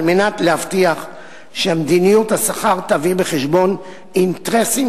על מנת להבטיח שמדיניות השכר תביא בחשבון אינטרסים